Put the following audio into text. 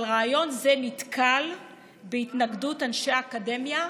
אבל רעיון זה נתקל בהתנגדות אנשי אקדמיה,